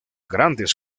grandes